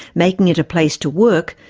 making it a place to work,